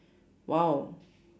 !wow!